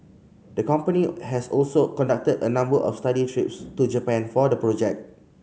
the company has also conducted a number of study trips to Japan for the project